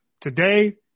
Today